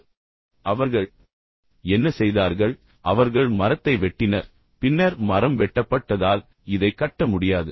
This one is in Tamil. எனவே அவர்கள் என்ன செய்தார்கள் அவர்கள் மரத்தை வெட்டினர் பின்னர் மரம் வெட்டப்பட்டதால் இதை கட்ட முடியாது